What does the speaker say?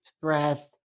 breath